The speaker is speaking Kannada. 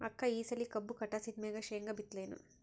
ಅಕ್ಕ ಈ ಸಲಿ ಕಬ್ಬು ಕಟಾಸಿದ್ ಮ್ಯಾಗ, ಶೇಂಗಾ ಬಿತ್ತಲೇನು?